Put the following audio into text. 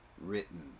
written